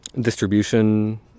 distribution